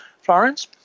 Florence